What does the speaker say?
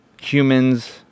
humans